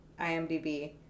IMDb